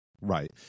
Right